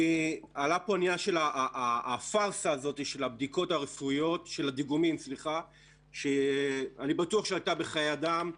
עלה העניין של הפארסה הזאת של הדיגומים שאני בטוח שעלתה בחיי אדם.